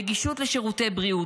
נגישות לשירותי בריאות,